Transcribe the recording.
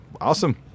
Awesome